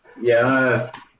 Yes